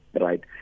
right